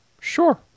sure